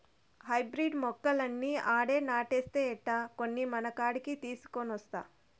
hybrid మొక్కలన్నీ ఆడే నాటేస్తే ఎట్టా, కొన్ని మనకాడికి తీసికొనొస్తా